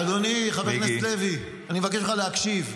אדוני חבר הכנסת לוי, אני מבקש ממך להקשיב.